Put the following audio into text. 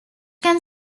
can